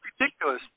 ridiculous